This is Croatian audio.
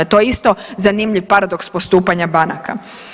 To je isto zanimljiv paradoks postupanja banaka.